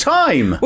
time